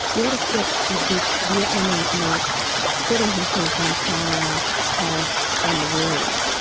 what effect did this vietnamese monk setting himself on fire have on the world?